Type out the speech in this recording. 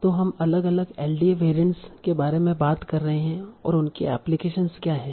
तो हम अलग अलग एलडीए वेरिएंट के बारे में बात कर रहे हैं और उनकी एप्लीकेशनस क्या हैं